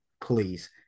please